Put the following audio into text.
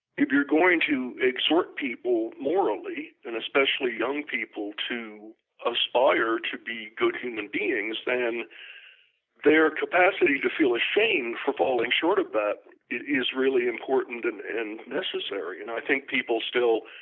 you're going to exhort people morally, and especially young people, to aspire to be good human beings then their capacity to feel ashamed for falling short of that is really important and and necessary and i think people still,